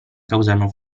causano